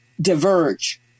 diverge